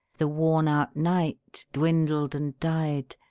the worn-out night dwindled and died,